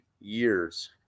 years